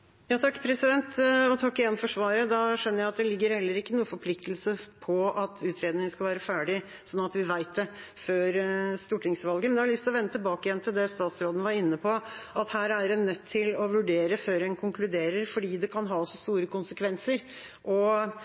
Takk igjen for svaret. Da skjønner jeg at det heller ikke ligger noen forpliktelse om at utredningen skal være ferdig, slik at vi vet det før stortingsvalget. Men jeg har lyst til å vende tilbake til det statsråden var inne på, at her er en nødt til å vurdere før en konkluderer, fordi det kan ha så store konsekvenser